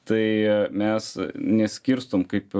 tai mes neskirstom kaip